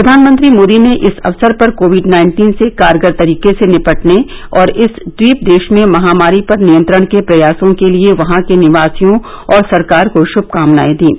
प्रधानमंत्री मोदी ने इस अवसर पर कोविड नाइन्टीन से कारगर तरीके से निपटने और इस द्वीप देश में महामारी पर नियंत्रण के प्रयासों के लिए वहां के निवासियों और सरकार को श्मकामनाएं दीं